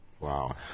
Wow